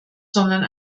sondern